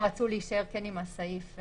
(ב1) שר הביטחון, לאחר התייעצות עם שר המשפטים,